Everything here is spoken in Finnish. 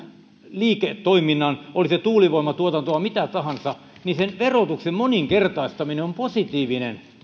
liiketoiminnan oli se tuulivoimatuotantoa tai mitä tahansa verotuksen moninkertaistaminen on positiivinen